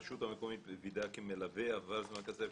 הרשות המקומית תדאג כי מלווה עבר וכולי.